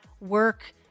work